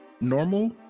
normal